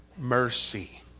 Mercy